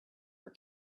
for